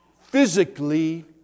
physically